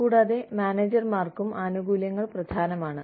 കൂടാതെ മാനേജർമാർക്കും ആനുകൂല്യങ്ങൾ പ്രധാനമാണ്